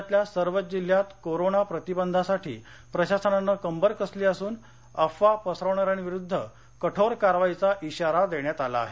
राज्यातल्या सर्वच जिल्ह्यात कोरोना प्रतिबंधासाठी प्रशासनानं कंबर कसली असून अफवा पसरवणाऱ्यांविरुद्ध कठोर कारवाईचा आारा देण्यात आला आहे